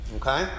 okay